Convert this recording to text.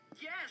Yes